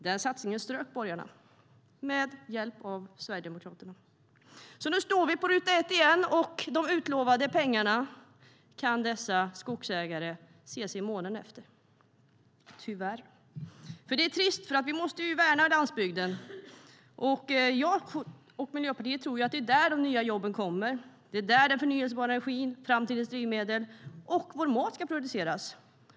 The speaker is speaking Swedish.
Den satsningen ströp borgarna med hjälp av Sverigedemokraterna.Vi måste värna landsbygden. Jag och Miljöpartiet tror att det är där de nya jobben kommer. Det är där den förnybara energin, framtidens drivmedel och vår mat ska produceras.